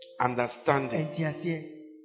understanding